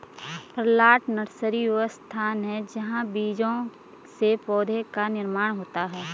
plant nursery वह स्थान है जहां बीजों से पौधों का निर्माण होता है